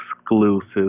exclusive